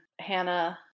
Hannah